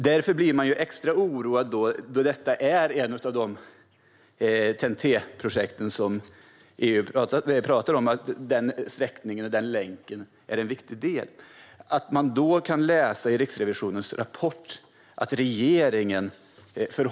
Detta är ett av de TEN-T-projekt som EU pratar om och där denna länk eller sträckning är en viktig del.